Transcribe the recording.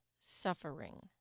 suffering